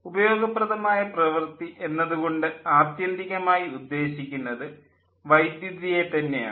ഉപയോഗപ്രദമായ പ്രവൃത്തി എന്നതുകൊണ്ട് ആത്യന്തികമായി ഉദ്ദേശിക്കുന്നത് വൈദ്യുതിയെ തന്നെയാണ്